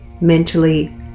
mentally